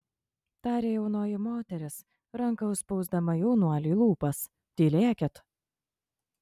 tarė jaunoji moteris ranka užspausdama jaunuoliui lūpas tylėkit